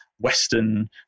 Western